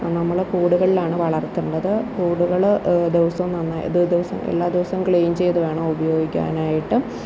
നമ്മൾ കൂടുകളിലാണ് വളർത്തുന്നത് കൂടുകൾ ദിവസവും നമ്മൾ ദിവസവും എല്ലാ ദിവസവും ക്ളീൻ ചെയ്തു വേണം ഉപയോഗിക്കാനായിട്ട്